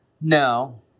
no